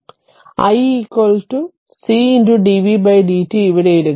i c dvdt ഇവിടെ ഇടുക